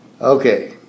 Okay